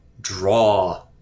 draw